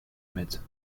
mit